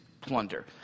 plunder